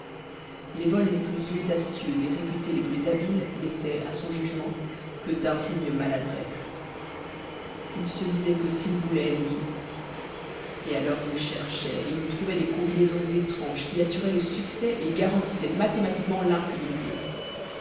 les vols les plus audacieux et réputés les plus habiles n'étaient à son jugement que d'insignes maladresses il se disait que s'il voulait lui et alors il cherchait et il trouvait des combinaisons étranges qui assuraient le succès et garantissaient mathématiquement l'impunité